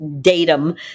datum